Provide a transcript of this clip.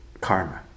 karma